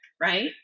Right